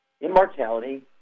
immortality